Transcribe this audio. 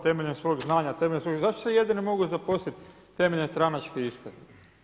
Temeljem svog znanja, temeljem svog, zašto se jedino mogu zaposliti temeljem stranačke iskaznice?